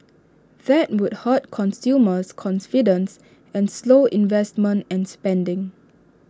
that would hurt consumers confidence and slow investments and spending